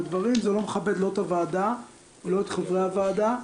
זה לא מכבד לא את הוועדה ולא את חברי הוועדה,